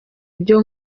byo